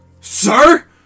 sir